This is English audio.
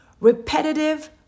Repetitive